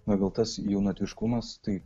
na gal tass jaunatviškumas tai